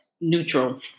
neutral